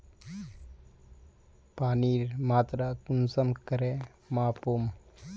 पानीर मात्रा कुंसम करे मापुम?